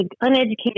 uneducated